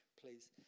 please